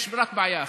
יש רק בעיה אחת: